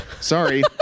sorry